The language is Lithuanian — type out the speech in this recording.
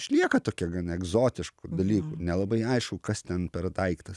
išlieka tokia gana egzotiškų dalykų nelabai aišku kas ten per daiktas